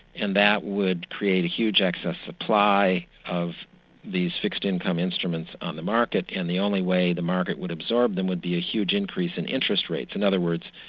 and that would create a huge excess supply of these fixed-income instruments on the market, and the only way the market would absorb them would be a huge increase in interest rates. in and other words,